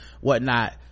whatnot